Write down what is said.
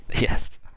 Yes